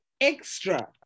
extra